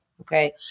Okay